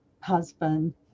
husband